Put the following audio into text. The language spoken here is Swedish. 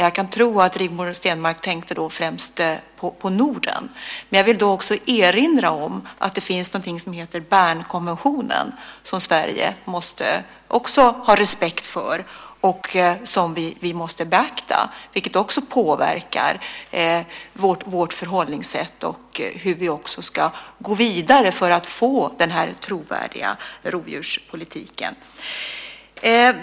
Jag kan tro att Rigmor Stenmark då tänkte främst på Norden. Men jag vill också erinra om att det finns någonting som heter Bernkonventionen som Sverige också måste ha respekt för och som vi måste beakta, vilket också påverkar vårt förhållningssätt och hur vi också ska gå vidare för att få denna trovärdiga rovdjurspolitik.